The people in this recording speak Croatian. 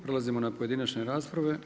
Prelazimo na pojedinačne rasprave.